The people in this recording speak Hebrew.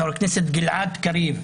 חה"כ גלעד קריב,